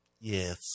Yes